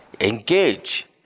engage